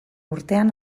urtean